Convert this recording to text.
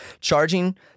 Charging